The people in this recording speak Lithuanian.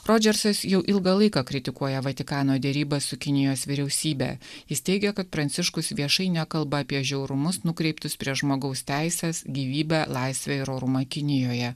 rodžersas jau ilgą laiką kritikuoja vatikano derybas su kinijos vyriausybe jis teigia kad pranciškus viešai nekalba apie žiaurumus nukreiptus prieš žmogaus teises gyvybę laisvę ir orumą kinijoje